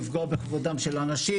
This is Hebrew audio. לפגוע בכבודכם של אנשים.